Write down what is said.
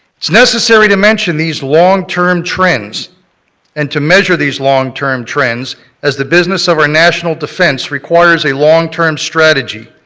it's necessary to mention these long term trends and to measure these long-term trends as the business of our national defense requires a long-term strategy.